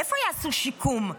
איפה יעשו שיקום?